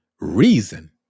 reason